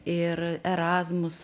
ir erasmus